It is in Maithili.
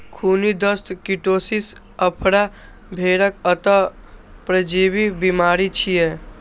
खूनी दस्त, कीटोसिस, आफरा भेड़क अंतः परजीवी बीमारी छियै